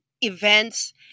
events